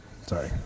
Sorry